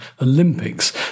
olympics